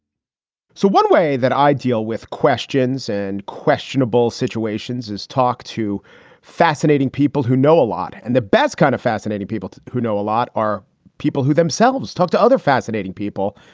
so one way that i deal with questions and questionable situations is talk to fascinating people who know a lot. and the best kind of fascinating people who know a lot are people who themselves talk to other fascinating people.